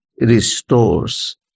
restores